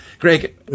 Greg